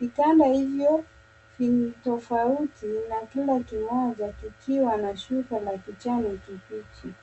Vitanda hivyo vinitafauti na kila kimoja kikiwa na shuka la kijani kibichi.